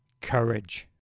courage